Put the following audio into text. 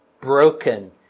broken